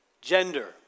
Gender